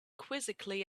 quizzically